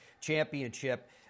Championship